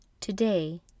Today